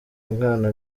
mwana